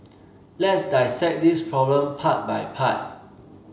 let's dissect this problem part by part